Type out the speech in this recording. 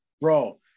bro